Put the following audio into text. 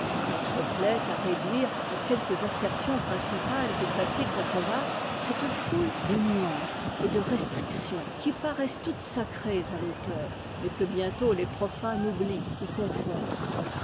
l'on se plaît à réduire à quelques assertions principales et faciles à combattre cette foule de nuances et de restrictions qui paraissent toutes sacrées à l'auteur mais que bientôt les profanes oublient ou confondent